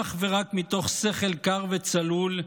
אך ורק מתוך שכל קר וצלול,